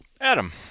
Adam